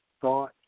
thought